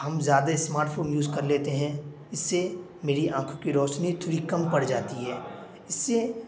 ہم زیادہ smart phone use کر لیتے ہیں اس سے میری آنکھوں کی روشنی تھوڑی کم پڑ جاتی ہے اس سے